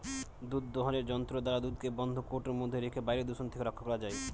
দুধ দোহনের যন্ত্র দ্বারা দুধকে বন্ধ কৌটোর মধ্যে রেখে বাইরের দূষণ থেকে রক্ষা করা যায়